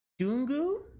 Dungu